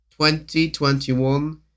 2021